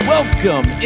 Welcome